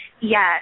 Yes